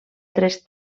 tres